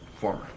former